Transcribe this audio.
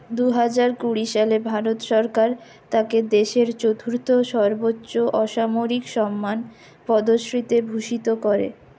দু হাজার কুড়ি সালে ভারত সরকার তাঁকে দেশের চতুর্থ সর্বোচ্চ অসামরিক সম্মান পদ্মশ্রীতে ভূষিত করে